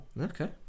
okay